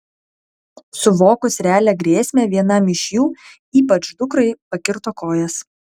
suvokus realią grėsmę vienam iš jų ypač dukrai pakirto kojas